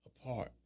apart